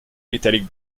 italic